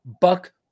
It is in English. Buck